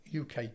uk